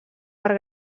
per